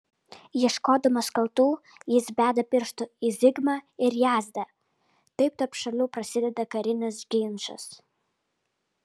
ieškodamas kaltų jis beda pirštu į zigmą ir jadzę taip tarp šalių prasideda karinis ginčas